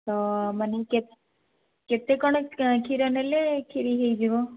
ତ ମାନେ କେତେ କଣ କ୍ଷୀର ନେଲେ ଖିରୀ ହେଇଯିବ